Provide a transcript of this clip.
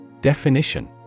Definition